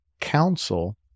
council